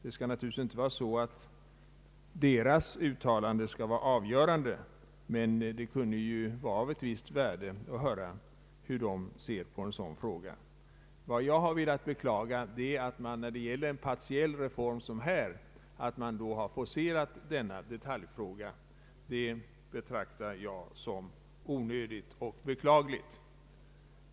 Det skall naturligtvis inte vara så att deras uttalande är avgörande, men det kunde vara av värde att veta hur de ser på denna fråga. Jag har velat beklaga att denna detaljfråga har forcerats när det gäller en partiell reform som denna. Det betraktar jag som onödigt och beklagligt.